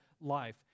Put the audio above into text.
life